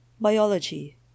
BIOLOGY